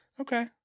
Okay